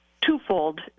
twofold